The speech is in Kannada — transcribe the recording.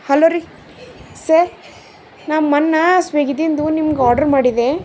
ಹಲೋ ರೀ ಸರ್ ನಾ ಮೊನ್ನೆ ಸ್ವಿಗ್ಗಿದಿಂದ ನಿಮ್ಗೆ ಆರ್ಡ್ರ್ ಮಾಡಿದ್ದೆ